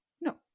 No